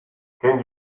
can